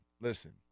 listen